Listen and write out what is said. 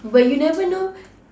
but you never know